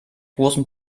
großen